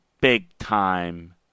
Big-time